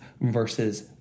versus